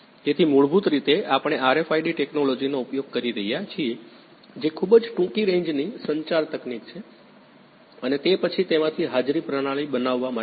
તેથી મૂળભૂત રીતે આપણે RFID ટેક્નોલોજીનો ઉપયોગ કરી રહ્યાં છીએ જે ખૂબ જ ટૂંકી રેન્જની સંચાર તકનીક છે અને તે પછી તેમાંથી હાજરી પ્રણાલી બનાવવા માટેની છે